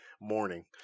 morning